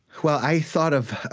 well, i thought of,